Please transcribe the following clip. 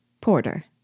Porter